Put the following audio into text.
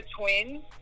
twins